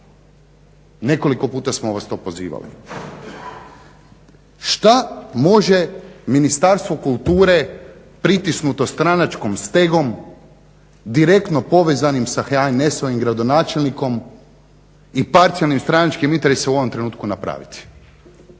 Nekoliko puta smo vas to pozivali. Šta može Ministarstvo kulture pritisnuto stranačkom stegom direktno povezanim sa HNS-ovim gradonačelnikom i parcijalnim stranačkim interesima u ovom trenutku napraviti.